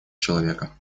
человека